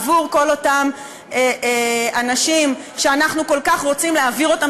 עבור כל אותם אנשים שאנחנו כל כך רוצים להעביר אותם